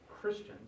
Christians